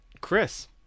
chris